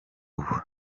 ubu